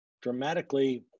dramatically